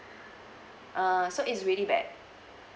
err so is really bad